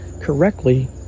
correctly